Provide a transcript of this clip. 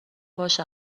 باشه